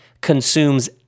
consumes